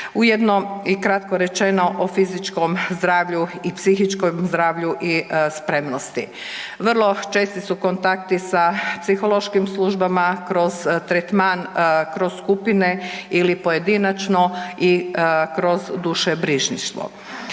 ujedno i kratko rečeno o fizičkom zdravlju i psihičkom zdravlju i spremnosti. Vrlo česti su kontakti sa psihološkim službama kroz tretman, kroz skupine ili pojedinačno i kroz drušebrižništvo.